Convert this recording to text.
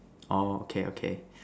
oh okay okay